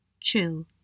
chill